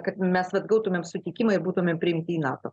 kad mes vat gautume sutikimą ir būtume priimti į nato